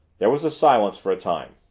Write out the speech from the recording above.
there was a silence for a time.